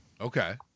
Okay